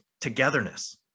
togetherness